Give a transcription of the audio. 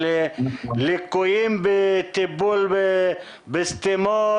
על ליקויים בטיפול בסתימות.